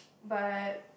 but